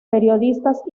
periodistas